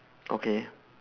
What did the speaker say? okay